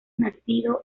nacido